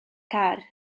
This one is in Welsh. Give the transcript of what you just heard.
car